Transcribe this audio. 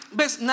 ves